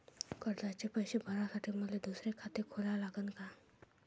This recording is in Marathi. कर्जाचे पैसे भरासाठी मले दुसरे खाते खोला लागन का?